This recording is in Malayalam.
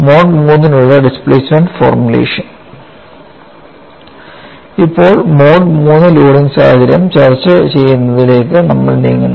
മോഡ് III നുള്ള ഡിസ്പ്ലേസ്മെൻറ് ഫോർമുലേഷൻ ഇപ്പോൾ മോഡ് III ലോഡിംഗ് സാഹചര്യം ചർച്ച ചെയ്യുന്നതിലേക്ക് നമ്മൾ നീങ്ങുന്നു